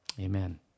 Amen